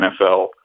NFL